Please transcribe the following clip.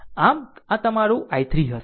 આમ આ તમારું i3 હશે